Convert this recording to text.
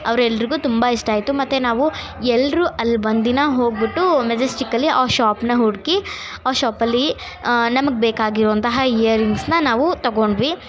ಅವರೆಲ್ರಿಗೂ ತುಂಬ ಇಷ್ಟ ಆಯ್ತು ಮತ್ತು ನಾವು ಎಲ್ಲರು ಅಲ್ಲಿ ಒಂದಿನ ಹೋಗಿಬಿಟ್ಟೂ ಮೆಜೆಸ್ಟಿಕ್ಕಲ್ಲಿ ಆ ಶಾಪ್ನ ಹುಡುಕಿ ಆ ಶಾಪಲ್ಲಿ ನಮಗೆ ಬೇಕಾಗಿರುವಂತಹ ಇಯರಿಂಗ್ಸ್ನ ನಾವು ತೊಗೊಂಡ್ವಿ